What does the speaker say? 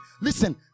listen